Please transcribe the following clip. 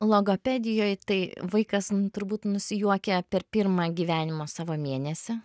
logopedijoj tai vaikas turbūt nusijuokia per pirmą gyvenimo savo mėnesį